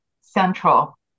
central